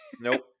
Nope